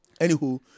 Anywho